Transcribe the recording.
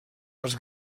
els